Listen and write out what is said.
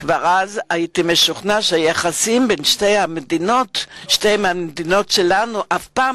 כבר אז הייתי משוכנע שהיחסים בין שתי המדינות שלנו לעולם